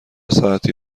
ساعتی